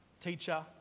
teacher